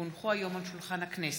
כי הונחו היום על שולחן הכנסת,